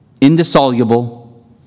indissoluble